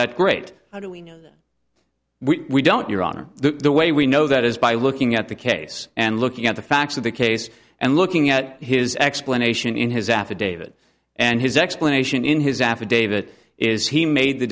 that great we don't your honor the way we know that is by looking at the case and looking at the facts of the case and looking at his explanation in his affidavit and his explanation in his affidavit is he made the